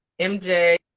MJ